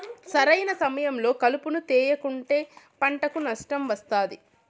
సరైన సమయంలో కలుపును తేయకుంటే పంటకు నష్టం వస్తాది